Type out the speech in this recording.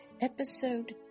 Episode